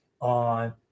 on